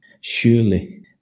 Surely